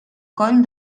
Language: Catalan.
coll